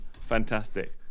Fantastic